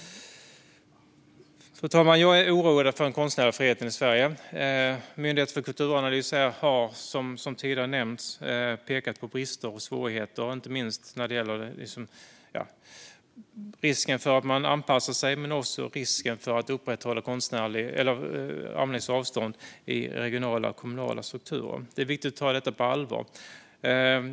Fru talman! Jag är orolig för den konstnärliga friheten i Sverige. Myndigheten för kulturanalys har, som tidigare nämnts, pekat på brister och svårigheter, inte minst när det gäller risken för att man anpassar sig men också när det gäller att upprätthålla armlängds avstånd i regionala och kommunala strukturer. Det är viktigt att ta detta på allvar.